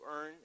earn